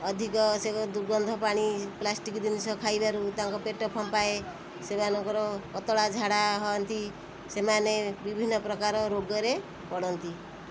ଅଧିକ ସେ ଦୁର୍ଗନ୍ଧ ପାଣି ପ୍ଲାଷ୍ଟିକ୍ ଜିନିଷ ଖାଇବାରୁ ତାଙ୍କ ପେଟ ଫମ୍ପାଏ ସେମାନଙ୍କର ପତଳା ଝାଡ଼ା ହଅନ୍ତି ସେମାନେ ବିଭିନ୍ନ ପ୍ରକାର ରୋଗରେ ପଡ଼ନ୍ତି